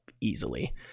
Easily